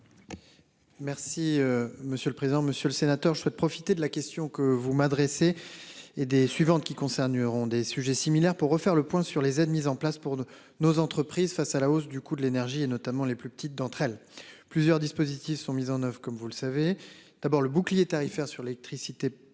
monsieur le président, Monsieur le Sénateur, je souhaite profiter de la question que vous m'adressez et des suivantes qui concerneront des sujets similaires pour refaire le point sur les aides mises en place pour nos entreprises face à la hausse du coût de l'énergie et notamment les plus petites d'entre elles plusieurs dispositifs sont mises en oeuvre, comme vous le savez, d'abord le bouclier tarifaire sur l'électricité